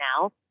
now